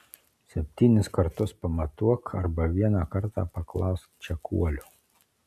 septynis kartus pamatuok arba vieną kartą paklausk čekuolio